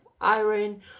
iron